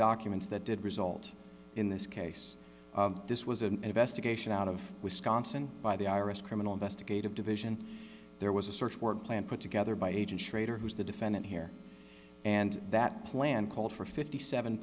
documents that did result in this case this was an investigation out of wisconsin by the i r s criminal investigative division there was a search warrant plan put together by agent schrader who is the defendant here and that plan called for fifty seven